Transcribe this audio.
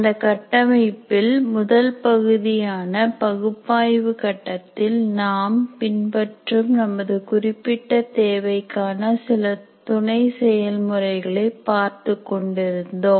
அந்தக் கட்டமைப்பில் முதல் பகுதியான பகுப்பாய்வு கட்டத்தில் நாம் பின்பற்றும் நமது குறிப்பிட்ட தேவைக்கான சில துணை செயல்முறைகளை பார்த்துக்கொண்டிருந்தோம்